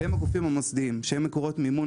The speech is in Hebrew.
והם הגופים המוסדיים שהם מקורות מימון